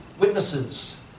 Witnesses